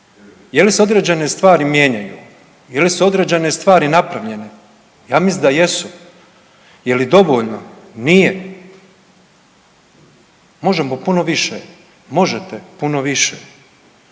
Je li se određene stvari mijenjaju ili su određene stvari napravljene? Ja mislim da jesu. Je li dovoljno? Nije. Možemo puno više. Možete puno više.